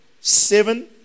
seven